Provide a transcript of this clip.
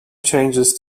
changes